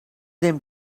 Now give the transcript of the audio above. them